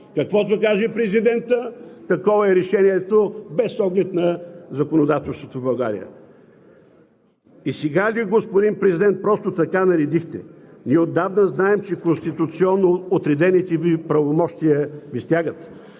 каквото каже президентът, такова е решението без оглед на законодателството в България. И сега, господин Президент, просто така наредихте. Ние отдавна знаем, че конституционно отредените Ви правомощия Ви стягат,